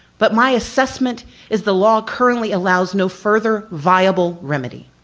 but my assessment is the law currently allows no further viable remedy